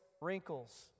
wrinkles